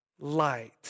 Light